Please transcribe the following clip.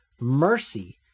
mercy